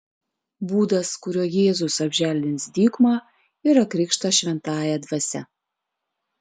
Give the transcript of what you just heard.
būdas kuriuo jėzus apželdins dykumą yra krikštas šventąja dvasia